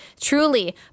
truly